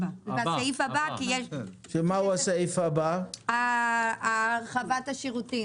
בסעיף הבא על הרחבת השירותים.